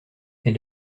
elle